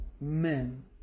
men